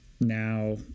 now